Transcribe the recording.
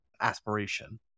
aspiration